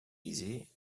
easy